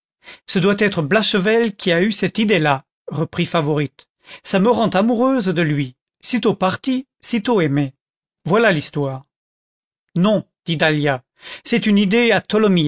ce doit être blachevelle qui a eu cette idée-là reprit favourite ça me rend amoureuse de lui sitôt parti sitôt aimé voilà l'histoire non dit dahlia c'est une idée à